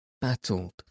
battled